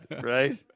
right